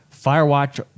Firewatch